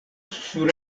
sur